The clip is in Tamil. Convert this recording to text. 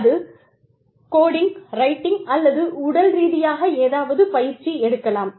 அது கோடிங் ரைட்டிங் அல்லது உடல் ரீதியாக ஏதாவது பயிற்சி எடுக்கலாம்